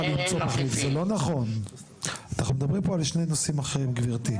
אנחנו מדברים על שני נושאים אחרים, גבירתי.